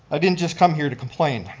i didn't just come here to complain,